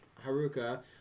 Haruka